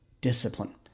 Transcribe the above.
discipline